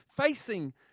facing